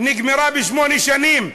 נגמרה בשמונה שנים,